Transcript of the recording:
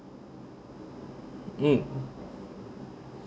mm